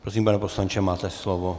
Prosím, pane poslanče, máte slovo.